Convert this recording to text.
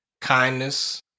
kindness